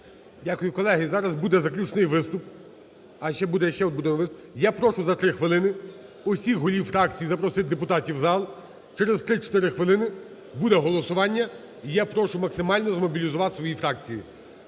Дякую. Колеги, зараз буде заключний виступ. І ще буде, ще буде один. Я прошу за 3 хвилини усіх голів фракцій запросити депутатів в зал, через 3-4 хвилини буде голосування, і я прошу максимально змобілізувати свої фракції.